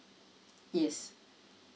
yes